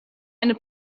eine